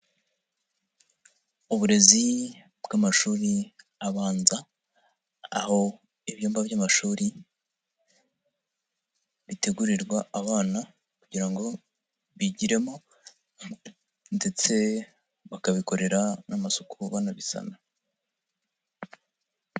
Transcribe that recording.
Uburezi bw'amashuri abanza aho ibyumba by'amashuri bitegurirwa abana kugira ngo bigiremo ndetse bakabikorera n'amasuku banabisana.